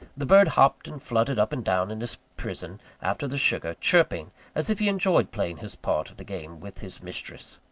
the bird hopped and fluttered up and down in his prison after the sugar, chirping as if he enjoyed playing his part of the game with his mistress.